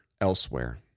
elsewhere